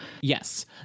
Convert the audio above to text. Yes